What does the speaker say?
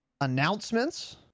announcements